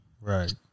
Right